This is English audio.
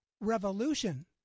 revolution